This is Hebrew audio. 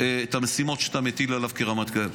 את המשימות שאתה מטיל עליו כרמטכ"ל.